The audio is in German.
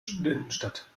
studentenstadt